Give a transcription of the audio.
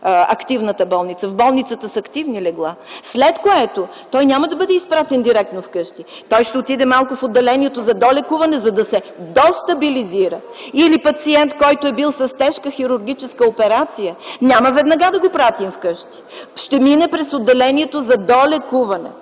активната болница, в болницата с активни легла, след което той няма да бъде изпратен директно вкъщи. Той ще отиде малко в отделението за долекуване, за да се достабилизира или пациент, който е бил с тежка хирургическа операция няма веднага да го пратим в къщи. Ще мине през отделението за долекуване